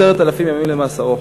10,000 ימים למאסרו.